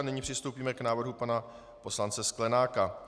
Nyní přistoupíme k návrhu pana poslance Sklenáka.